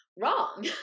wrong